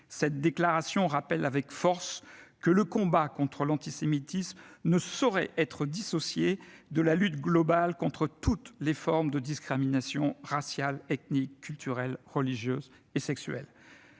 Cette déclaration rappelle avec force que « le combat contre l'antisémitisme ne saurait être dissocié de la lutte globale contre toutes les formes de discrimination raciale, ethnique, culturelle, religieuse et sexuelle